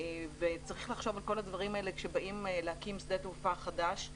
צריך לחשוב על כל הדברים האלה כשבאים להקים שדה תעופה חדש.